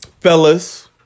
fellas